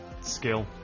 skill